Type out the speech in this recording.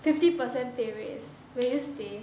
fifty percent pay raise will you stay